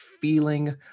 feeling